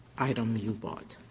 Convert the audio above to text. item you bought.